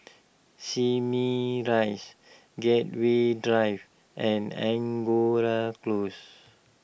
Simei Rise Gateway Drive and Angora Close